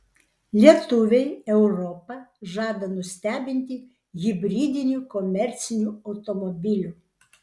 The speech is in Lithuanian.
lietuviai europą žada nustebinti hibridiniu komerciniu automobiliu